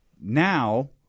now